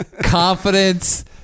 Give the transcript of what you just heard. confidence-